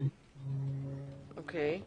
ד"ר גשן,